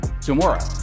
tomorrow